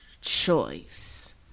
choice